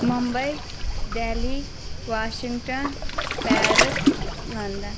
Mumbai Delhi Washington Paris London